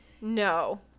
no